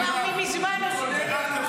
ואללה, אם תשאל אותי מתוך שינה, אני אגיד לך.